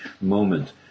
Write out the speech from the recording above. moment